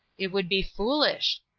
it would be foolish.